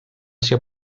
sia